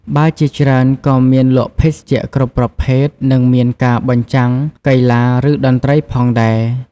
បារជាច្រើនក៏មានលក់ភេសជ្ជៈគ្រប់ប្រភេទ និងមានការបញ្ចាំងកីឡា ឬតន្ត្រីផងដែរ ។